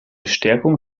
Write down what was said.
stärkung